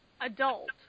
adult